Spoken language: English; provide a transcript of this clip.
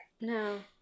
no